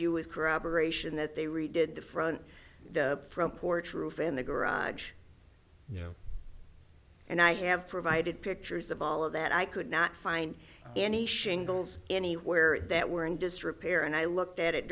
corroboration that they redid the front the front porch roof in the garage and i have provided pictures of all of that i could not find any shingles anywhere that were in disrepair and i looked at it